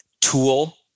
tool